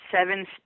seven